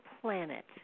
planet